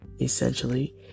essentially